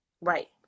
Right